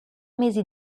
mesi